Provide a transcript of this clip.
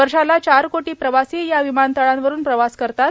वर्षाला चार कोटी प्रवासी या विमानतळांवरून प्रवास करतात